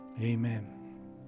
Amen